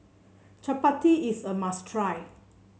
chapati is a must try